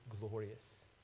glorious